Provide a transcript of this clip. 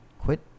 Quit